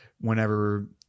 whenever